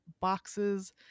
boxes